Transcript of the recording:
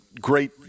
great